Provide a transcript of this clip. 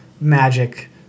magic